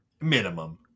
Minimum